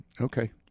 Okay